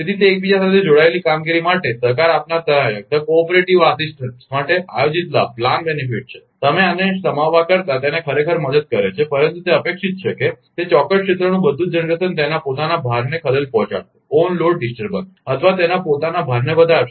તેથી તે એકબીજા સાથે જોડાયેલા કામગીરી માટે સહકાર આપનાર સહાયક માટે આયોજિત લાભ છે તમે આને સમાવવા કરતાં તેને ખરેખર મદદ કરે છે પરંતુ તે અપેક્ષિત છે કે તે ચોક્કસ ક્ષેત્રનું બધું જ જનરેશન તેના પોતાના ભારને ખલેલ પહોંચાડશે અથવા તેના પોતાના ભારને વધારશે